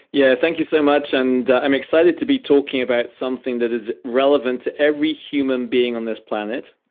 yeah. thank you so much. and i'm excited to be talking about something that is relevant to every human being on this planet,